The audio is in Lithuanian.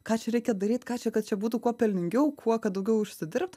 ką čia reikia daryt ką čia kad čia būtų kuo pelningiau kuo daugiau užsidirbt